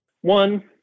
one